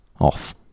...off